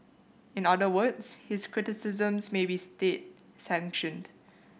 in other words his criticisms may be state sanctioned